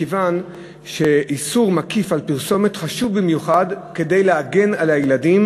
מכיוון שאיסור מקיף על פרסומת חשוב במיוחד כדי להגן על הילדים